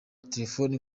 telefoni